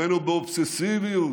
הבאנו באובססיביות,